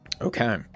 Okay